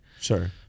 Sure